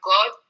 God